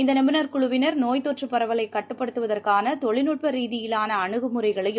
இந்த நிபுணர் குழுவினர் நோய்த்தொற்று பரவலை கட்டுப்படுத்துவதற்கான தொழில்நுட்ப ரீதியிவான அனுகு முறைகளையும்